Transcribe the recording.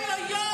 אוי אוי אוי.